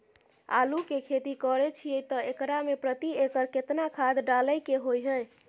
आलू के खेती करे छिये त एकरा मे प्रति एकर केतना खाद डालय के होय हय?